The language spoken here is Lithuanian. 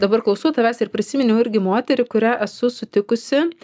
dabar klausau tavęs ir prisiminiau irgi moterį kurią esu sutikusi